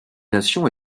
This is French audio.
nations